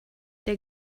der